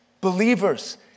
believers